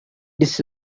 this